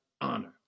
honor